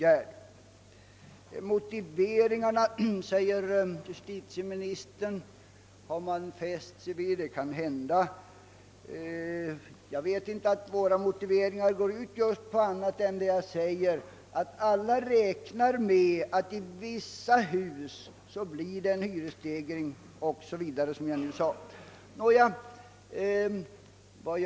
Justitieministern sade att det fästs avseende vid motiveringarna och det är möjligt. Jag vet inte om våra motiveringar går ut på någonting annat än det alla räknar med — näm ligen att det i vissa hus blir hyresstegring 0. s. v. — som jag tidigare framhållit.